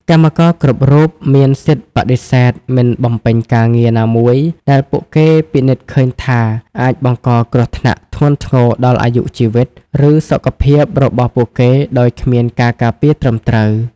កម្មករគ្រប់រូបមានសិទ្ធិបដិសេធមិនបំពេញការងារណាមួយដែលពួកគេពិនិត្យឃើញថាអាចបង្កគ្រោះថ្នាក់ធ្ងន់ធ្ងរដល់អាយុជីវិត ឬសុខភាពរបស់ពួកគេដោយគ្មានការការពារត្រឹមត្រូវ។